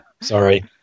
Sorry